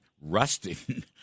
rusting